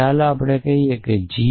ચાલો આપણે કહીએ કે જી